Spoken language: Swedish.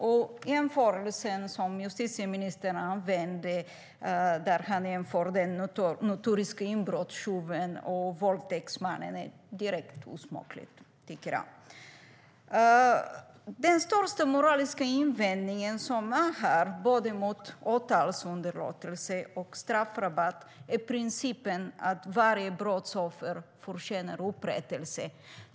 Den jämförelse som justitieministern använde när han jämförde den notoriske inbrottstjuven med våldtäktsmannen är direkt osmaklig, tycker jag. Den största moraliska invändning som finns här både mot åtalsunderlåtelse och straffrabatt är principen att varje brottsoffer förtjänar upprättelse.